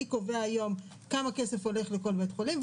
הוא קובע היום כמה כסף הולך לכל בית חולים,